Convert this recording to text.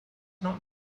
not